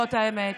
זאת האמת.